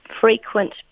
frequent